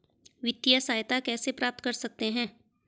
वित्तिय सहायता कैसे प्राप्त कर सकते हैं?